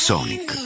Sonic